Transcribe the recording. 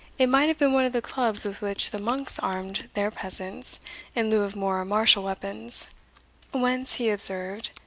it might have been one of the clubs with which the monks armed their peasants in lieu of more martial weapons whence, he observed,